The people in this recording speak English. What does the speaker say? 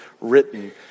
written